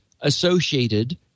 associated